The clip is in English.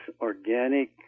organic